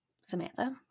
Samantha